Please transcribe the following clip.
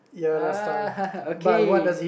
uh okay